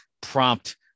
prompt